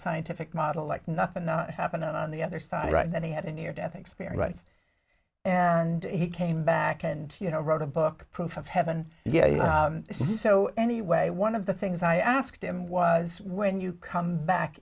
scientific model like nothing not happening on the other side right then he had a near death experience and he came back and you know wrote a book proof of heaven yeah you know so anyway one of the things i asked him was when you come back